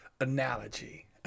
analogy